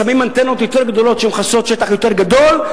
שמים אנטנות יותר גדולות שמכסות שטח יותר גדול,